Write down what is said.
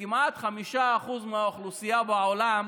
כמעט 5% מהאוכלוסייה בעולם